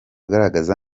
ugaragaza